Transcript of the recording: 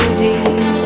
deep